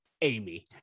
Amy